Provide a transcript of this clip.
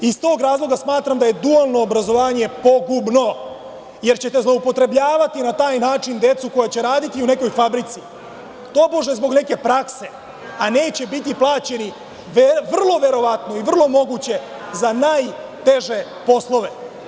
Iz tog razloga smatram da je dualno obrazovanje pogubno, jer ćete zloupotrebljavati na taj način decu koja će raditi u nekoj fabrici, tobože zbog neke prakse, a neće biti plaćeni, vrlo verovatno i vrlo moguće za najteže poslove.